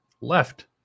left